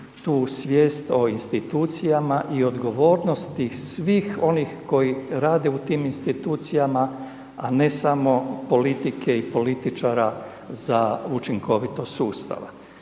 tu svijest o institucijama i odgovornosti svih onih koji rade u tim institucijama a ne samo politike i političara za učinkovitost sustava